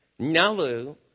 Nalu